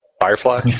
Firefly